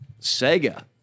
Sega